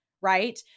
right